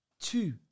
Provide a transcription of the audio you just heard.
two